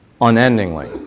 unendingly